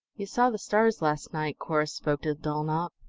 ye saw the stars last night? corrus spoke to dulnop.